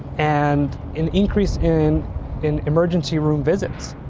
and an increase in in emergency room visits.